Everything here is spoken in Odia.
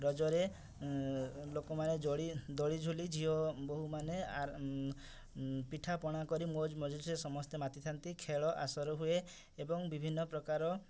ରଜରେ ଲୋକମାନେ ଦୋଳି ଝୁଲି ଝିଅ ବୋହୁ ମାନେ ପିଠା ପଣା କରି ମଉଜ୍ ମଜଲିସ୍ରେ ସମସ୍ତେ ମାତିଥାନ୍ତି ଖେଳ ଆଶର ହୁଏ ଏବଂ ବିଭିନ୍ନ ପ୍ରକାର